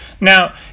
Now